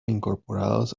incorporados